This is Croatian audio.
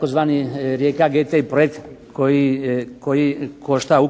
razumije se./… projekt koji košta